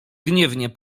gniewnie